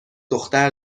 دختر